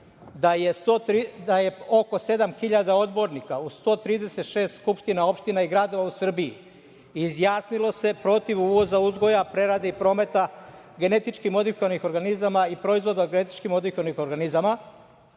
da je oko 7.000 odbornika u 136 skupština opština i gradova u Srbiji izjasnilo se protiv uvoza uzgoja, prerade i prometa genetički modifikovanih organizama i proizvoda od genetički modifikovanih organizama,